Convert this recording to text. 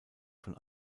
von